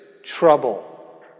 Trouble